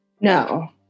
No